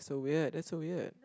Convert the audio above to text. so weird that's so weird